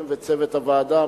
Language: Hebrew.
הם וצוות הוועדה,